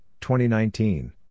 2019